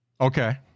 Okay